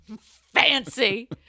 Fancy